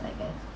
I guess